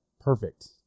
perfect